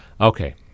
okay